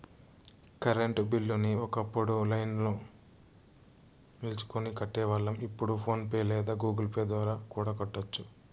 current బిల్లుని ఒకప్పుడు లైన్ల్నో నిల్చొని కట్టేవాళ్ళం, ఇప్పుడు ఫోన్ పే లేదా గుగుల్ పే ద్వారా కూడా కట్టొచ్చు